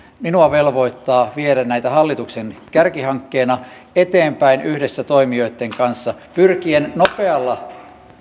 minua velvoittaa viedä näitä hallituksen kärkihankkeena eteenpäin yhdessä toimijoitten kanssa pyrkien nopealla